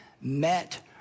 met